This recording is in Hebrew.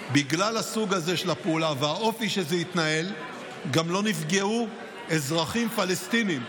בגלל הסוג הזה של הפעולה והאופי שזה התנהל גם לא נפגעו אזרחים פלסטינים.